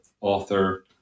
author